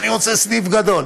אני רוצה סניף גדול.